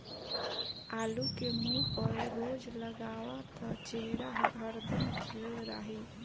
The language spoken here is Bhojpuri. आलू के मुंह पर रोज लगावअ त चेहरा हरदम खिलल रही